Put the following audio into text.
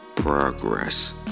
Progress